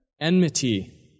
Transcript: enmity